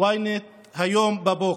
ynet היום בבוקר,